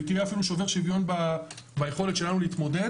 ותהיה אפילו שובר שוויון ביכולת שלנו להתמודד,